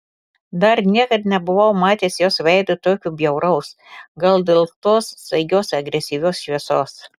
dar niekad nebuvau matęs jos veido tokio bjauraus gal dėl tos staigios agresyvios šviesos